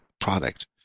product